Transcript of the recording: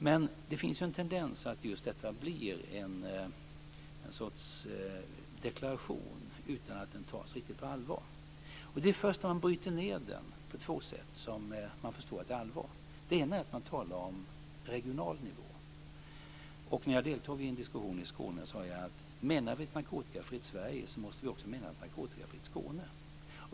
Men det finns en tendens att detta blir en deklaration utan att den tas riktigt på allvar. Det är först när man bryter ned den i två delar som man förstår att det är allvar. Den ena delen är den regionala nivån. När jag deltog i en diskussion i Skåne sade jag att om vi menar ett narkotikafritt Sverige måste vi också mena ett narkotikafritt Skåne.